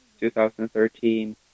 2013